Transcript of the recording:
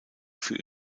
für